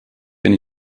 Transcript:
bin